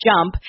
jump